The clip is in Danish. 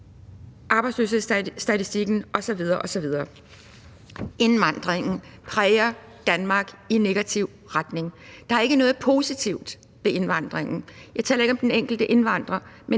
arbejdsløshedsstatistikken osv. osv. Indvandringen præger Danmark i negativ retning. Der er ikke noget positivt ved indvandringen. Jeg taler ikke om den enkelte indvandrer,